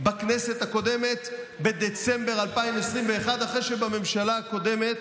בכנסת הקודמת, בדצמבר 2021, אחרי שבממשלה הקודמת,